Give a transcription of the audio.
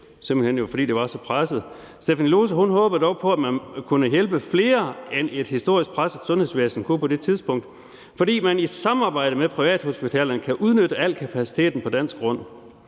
simpelt hen jo fordi det var så presset. Stephanie Lohse håbede dog på, at man kunne hjælpe flere, end et historisk presset sundhedsvæsen kunne på det tidspunkt, fordi man i samarbejde med privathospitalerne kan udnytte al kapaciteten på dansk grund.